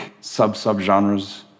sub-sub-genres